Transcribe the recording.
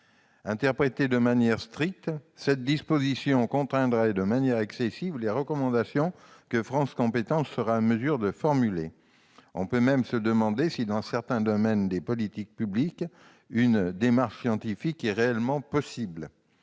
Interprété strictement, cette disposition contraindrait de manière excessive les recommandations que France compétences sera en mesure de formuler. On peut même se demander si, dans certains domaines des politiques publiques, une démarche scientifique est réellement possible.